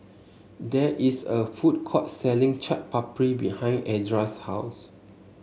there is a food court selling Chaat Papri behind Edra's house